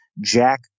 jack